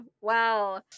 Wow